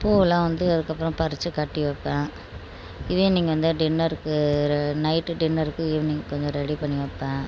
பூவெல்லாம் வந்து அதுக்கப்பறம் பறித்து கட்டி வைப்பேன் ஈவினிங் வந்து டின்னருக்கு நைட் டின்னருக்கு ஈவினிங் கொஞ்சம் ரெடி பண்ணி வைப்பேன்